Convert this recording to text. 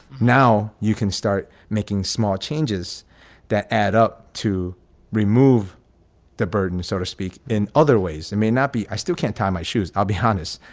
now you can start making small changes that add up to remove the burden, so to speak, in other ways. it may not be. i still can't tie my shoes. i'll be harness.